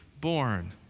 born